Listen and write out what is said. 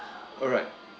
alright